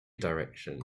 direction